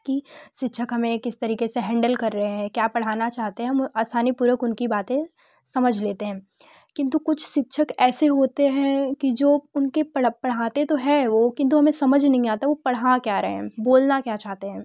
कि शिक्षक हमे किस तरिक़े से हैंडल कर रहे हैं क्या पढ़ाना चाहते हैं हम आसानी पूर्वक उनकी बातें समझ लेते हैं किंतु कुछ शिक्षक ऐसे होते हैं कि जो उनके पढ़ पढ़ाते तो हैं वो किंतु हमें समझ नहीं आता वो पढ़ा क्या रहे हैं बोलना क्या चाहते हैं